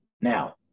Now